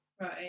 right